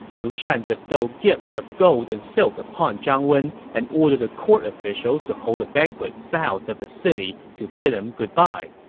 liu shan bestowed gifts of gold and silk upon zhang wen and ordered the court officials to hold a banquet south of the city to bid him goodbye.